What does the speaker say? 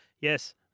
yes